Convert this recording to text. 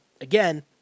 again